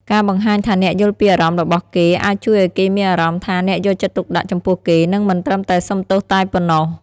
ការបង្ហាញថាអ្នកយល់ពីអារម្មណ៍របស់គេ អាចជួយឱ្យគេមានអារម្មណ៍ថាអ្នកយកចិត្តទុកដាក់ចំពោះគេ និងមិនត្រឹមតែសុំទោសតែប៉ុណ្ណោះ។